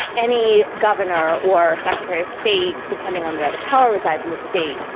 any governor or secretary of state, depending on where the power resides in the state,